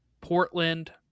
portland